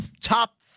top